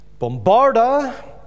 bombarda